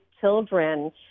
children